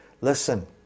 Listen